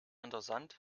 interessant